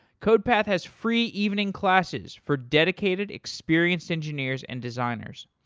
codepath has free evening classes for dedicated experienced engineers and designers.